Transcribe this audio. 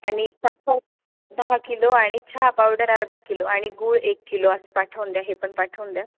आणि साखर दहा किलो आणि चहा पावडर अर्धा किलो आणि गुळ एक किलो असं पाठवून द्या हे पण पाठवून द्या